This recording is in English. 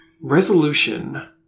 resolution